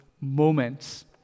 moments